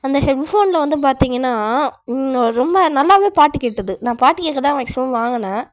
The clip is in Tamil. அந்த ஹெட்ஃபோனில் வந்து பார்த்திங்கன்னா ரொம்ப நல்லாவே பாட்டு கேட்டுது நான் பாட்டு கேக்க தான் ஹெட்ஃபோன் வாங்குனேன்